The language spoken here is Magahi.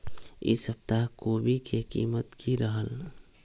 ई सप्ताह कोवी के कीमत की रहलै?